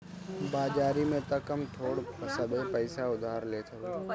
बाजारी में तअ कम थोड़ सभे पईसा उधार लेत हवे